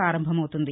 ప్రపారంభమవుతుంది